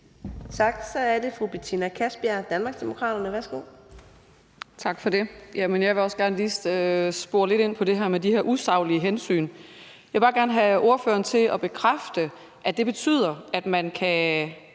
Tak. Så er det fru Betina Kastbjerg, Danmarksdemokraterne. Værsgo. Kl. 13:17 Betina Kastbjerg (DD): Tak for det. Jeg vil også gerne lige spole lidt ind på det her med de usaglige hensyn, og jeg vil bare gerne have ordføreren til at bekræfte, at det betyder, at man kan